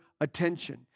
attention